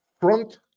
Front